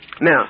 now